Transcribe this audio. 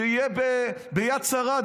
שיהיה ביד שרה.